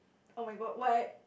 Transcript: oh my god what